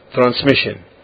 transmission